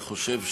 אני יכול לומר,